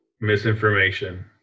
misinformation